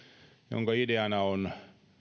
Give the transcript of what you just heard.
jonka ideana on